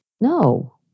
No